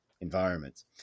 environments